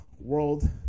world